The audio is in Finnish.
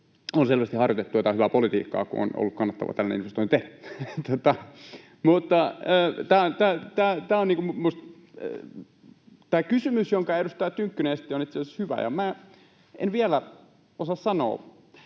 On selvästi harjoitettu hyvää politiikkaa, kun on ollut kannattavaa tällainen investointi tehdä. Mutta minusta tämä kysymys, jonka edustaja Tynkkynen esitti, on itse asiassa hyvä. Minä en vielä osaa sanoa.